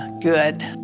good